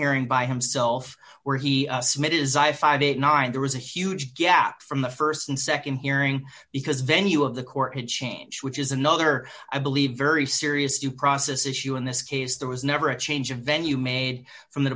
hearing by himself where he smit is i five it nine there was a huge gap from the st and nd hearing because venue of the core it change which is another i believe very serious you process issue in this case there was never a change of venue made from the